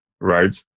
right